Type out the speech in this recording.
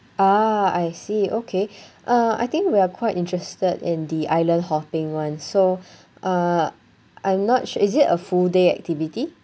ah I see okay uh I think we are quite interested in the island hopping [one] so uh I'm not sure is it a full day activity